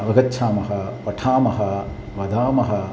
अवगच्छामः पठामः वदामः